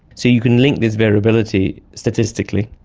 so you can link this variability statistically,